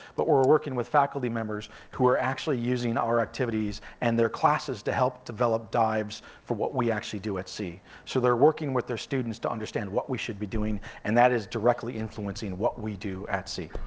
but we're working with faculty members who are actually using our activities and their classes to help develop dives for what we actually do at sea. so they're working with their students to understand what we should be doing, and that is directly influencing what we do at sea.